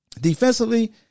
Defensively